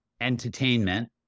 entertainment